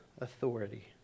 authority